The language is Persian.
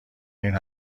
این